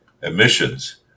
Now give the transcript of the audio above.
emissions